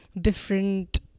different